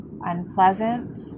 unpleasant